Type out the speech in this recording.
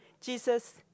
Jesus